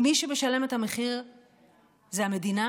ומי שמשלם את המחיר הוא המדינה,